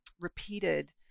repeated